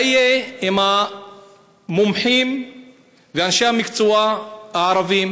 מה יהיה עם המומחים ועם אנשי המקצוע הערבים,